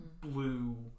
blue